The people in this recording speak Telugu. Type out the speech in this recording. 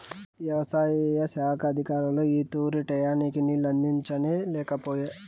యవసాయ శాఖ అధికారులు ఈ తూరి టైయ్యానికి నీళ్ళు అందించనే లేకపాయె